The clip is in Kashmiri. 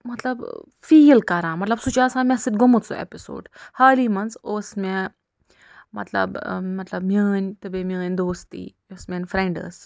مطلب فیٖل کَران مطلب سُہ چھُ آسان مےٚ سۭتۍ گوٚمُت اٮ۪پِسوڈ حالی منٛز اوس مےٚ مطلب مطلب میٛٲنۍ تہٕ بیٚیہِ میٛٲنۍ دوستی یۄس میٛٲنۍ فرٮ۪نٛڈ ٲس